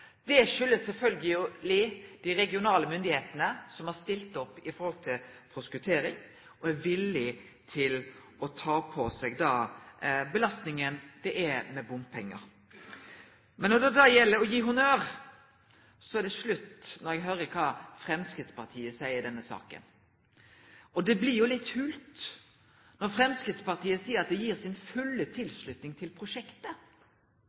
dei regionale styresmaktene har stilt opp når det gjeld forskottering, og er viljuge til å ta på seg den belastinga det er med bompengar. Men når det gjeld å gi honnør, er det slutt når eg høyrer kva Framstegspartiet seier i denne saka. Det blir jo litt hult når Framstegspartiet seier at dei gir si fulle tilslutning til prosjektet